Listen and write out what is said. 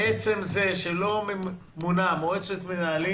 בעצם זה שלא ממונה מועצת מנהלים